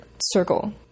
circle